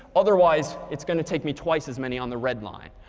otherwise it's going to take me twice as many on the red line.